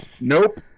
Nope